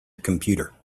computer